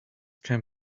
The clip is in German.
kein